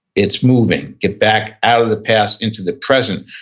it's moving. get back out of the past into the present.